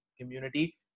community